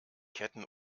ketten